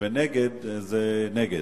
ונגד זה נגד.